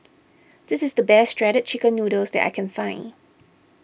this is the best Shredded Chicken Noodles that I can find